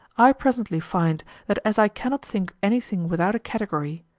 i presently find that as i cannot think anything without a category,